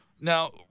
Now